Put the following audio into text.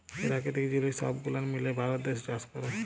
পেরাকিতিক জিলিস সহব গুলান মিলায় ভারত দ্যাশে চাষ ক্যরে